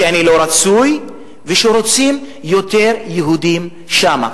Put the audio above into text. שאני לא רצוי, ורוצים יותר יהודים שם.